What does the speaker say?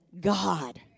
God